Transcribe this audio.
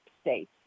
states